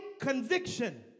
conviction